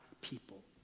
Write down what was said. people